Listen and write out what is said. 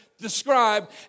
Describe